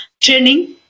training